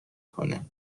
کنه